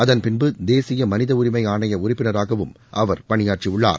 அதன் பின்பு தேசிய மனித உரிமை ஆணை உறுப்பினராகவும் அவர் பணியாற்றியுள்ளார்